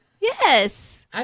yes